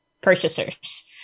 purchasers